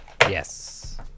Yes